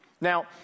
Now